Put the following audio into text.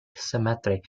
cemetery